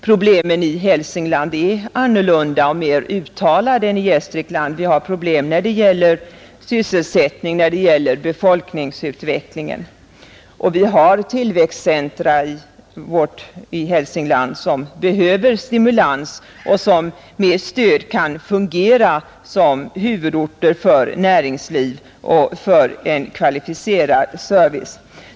Problemen i Hälsingland är annorlunda och mer uttalade än i Gästrikland. Vi har i Hälsingland problem med sysselsättningen och befolkningsutvecklingen, och vi har tillväxtcentra som behöver stimuleras och som med stöd kan fungera som huvudorter för näringsliv och för en kvalificerad service.